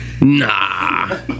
Nah